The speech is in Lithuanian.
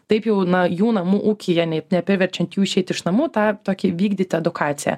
taip jau na jų namų ūkyje nei nepriverčiant jų išeiti iš namų tą tokį vykdyt edukaciją